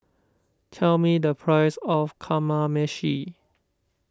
tell me the price of Kamameshi